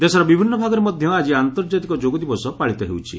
ଦେଶର ବିଭିନ୍ନ ଭାଗରେ ମଧ୍ୟ ଆଜି ଆନ୍ତର୍ଜାତିକ ଯୋଗ ଦିବସ ପାଳିତ ହେଉଛି